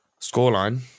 Scoreline